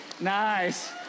nice